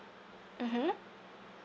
mmhmm